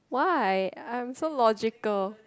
why I'm so logical